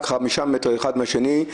הפתוח כשהם במרחק של 5 מטרים האחד מהשני.